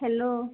hello